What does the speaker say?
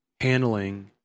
Handling